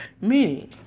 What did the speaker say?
Meaning